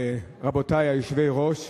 רבותי היושבי-ראש,